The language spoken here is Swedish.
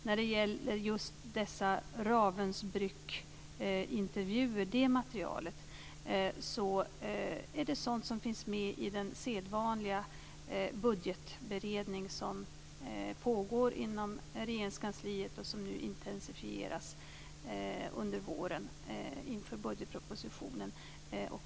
Materialet från Ravensbrückintervjuerna finns med i den sedvanliga budgetberedning som pågår inom Regeringskansliet och som nu intensifieras under våren inför budgetpropositionen.